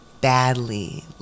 badly